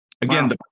again